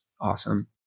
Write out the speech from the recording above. awesome